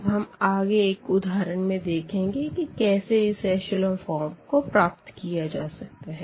अब हम आगे एक उदाहरण में देखेंगे कि कैसे इस एशलों फ़ॉर्म को प्राप्त किया जा सकता है